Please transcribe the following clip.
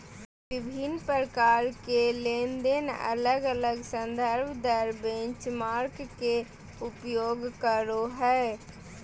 विभिन्न प्रकार के लेनदेन अलग अलग संदर्भ दर बेंचमार्क के उपयोग करो हइ